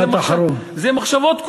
אלה מחשבות, משפט אחרון.